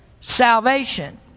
salvation